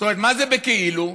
מה זה "בכאילו"?